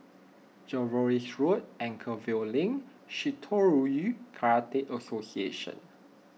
Jervois Road Anchorvale Link Shitoryu Karate Association